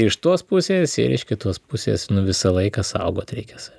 iš tos pusės ir iš kitos pusės nu visą laiką saugot reikia save